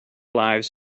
lives